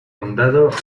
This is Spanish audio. condado